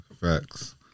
Facts